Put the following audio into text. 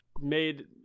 made